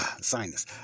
sinus